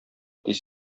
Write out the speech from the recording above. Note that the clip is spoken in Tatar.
тиз